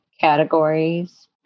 categories